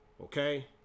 Okay